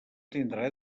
tindrà